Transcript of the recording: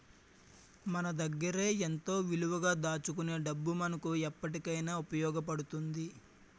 మన దగ్గరే ఎంతో విలువగా దాచుకునే డబ్బు మనకు ఎప్పటికైన ఉపయోగపడుతుంది